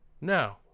No